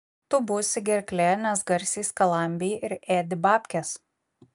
tu būsi gerklė nes garsiai skalambiji ir ėdi babkes